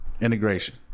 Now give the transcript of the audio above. Integration